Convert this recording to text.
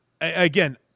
Again